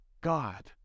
God